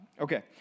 Okay